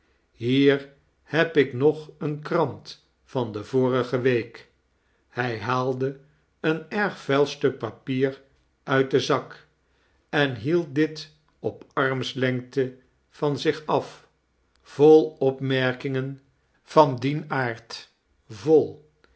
hier heb ik nog eene krant van de vorige week hij haalde een erg vuil stuk papier uit den zak en hield dit op armslengte van zich af vol opmerkingen van dien aard vol